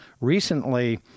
recently